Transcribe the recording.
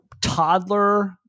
toddler